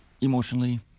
emotionally